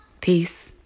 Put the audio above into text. Peace